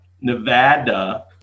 Nevada